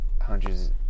hundreds